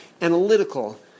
analytical